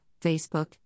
Facebook